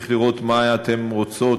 צריך לראות מה אתן רוצות,